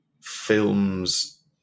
films